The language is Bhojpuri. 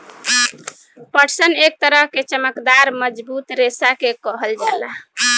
पटसन एक तरह के चमकदार मजबूत रेशा के कहल जाला